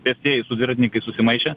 pėstieji dviratininkai susimaišę